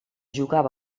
jugava